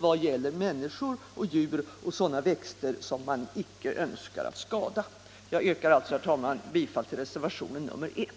vad gäller människor, djur och sådana växter som man icke önskar skada. Jag yrkar alltså, herr talman, bifall till reservationen 1.